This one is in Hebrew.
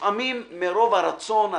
שלפעמים מרוב הרצון,